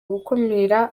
gukumira